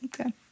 Okay